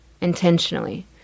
Intentionally